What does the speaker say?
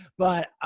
but,